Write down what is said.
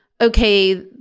okay